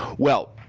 well,